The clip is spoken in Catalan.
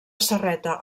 serreta